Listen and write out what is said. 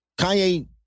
Kanye